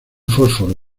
fósforo